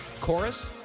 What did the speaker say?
chorus